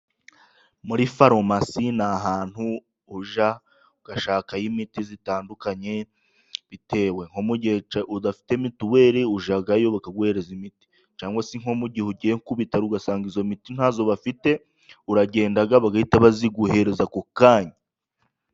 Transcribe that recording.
Muri farumasi ni ahantu ujya ugashakayo imiti itandukanye, bitewe nko mu gihe udafite mituweli ujyayo bakaguhereza imiti, cyangwa se nko mu gihe ugiye nko ku bitaro ugasanga iyo miti ntayo bafite, uragenda bagahita bayiguhereza ako kanya.